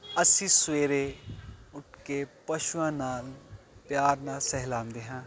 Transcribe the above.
ਅਸੀਂ ਸਵੇਰੇ ਉੱਠ ਕੇ ਪਸ਼ੂਆਂ ਨਾਲ ਪਿਆਰ ਨਾਲ ਸਹਿਲਾਂਦੇ ਹਾਂ